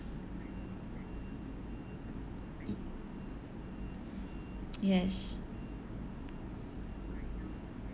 yes